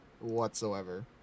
whatsoever